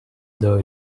other